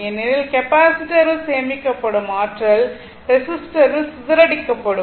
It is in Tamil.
ஏனெனில் கெப்பாசிட்டரில் சேமிக்கப்படும் ஆற்றல் ரெஸிஸ்டரில் சிதறடிக்கப்படும்